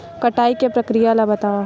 कटाई के प्रक्रिया ला बतावव?